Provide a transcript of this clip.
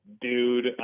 dude